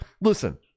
listen